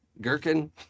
Gherkin